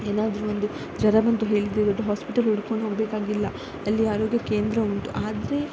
ಏನಾದರೂ ಒಂದು ಜ್ವರ ಬಂತು ಹೇಳಿದರೆ ದೊಡ್ಡ ಹಾಸ್ಪಿಟಲ್ ಹುಡ್ಕೊಂಡು ಹೋಗಬೇಕಾಗಿಲ್ಲ ಅಲ್ಲಿ ಆರೋಗ್ಯ ಕೇಂದ್ರ ಉಂಟು ಆದರೆ